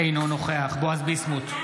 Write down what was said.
אינו נוכח בועז ביסמוט,